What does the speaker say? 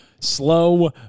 slow